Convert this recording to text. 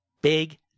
Big